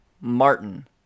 Martin